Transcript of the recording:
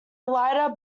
lighter